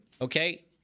Okay